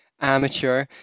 amateur